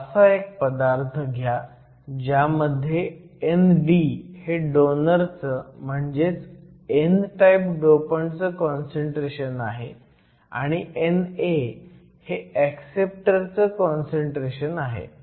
असा एक पदार्थ घ्या ज्यामध्ये ND हे डोनरचं म्हणजेच n टाईप डोपंटचं काँसंट्रेशन आहे आणि NA हे ऍक्सेप्टर चं काँसंट्रेशन आहे